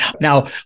Now